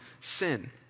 sin